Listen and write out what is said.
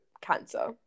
Cancer